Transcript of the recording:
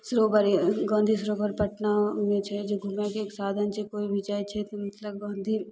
सरोवर गाँधी सरोवर पटनामे छै जे घुमयके एक साधन छै कोइ भी जाइ छै तऽ मतलब गाँधी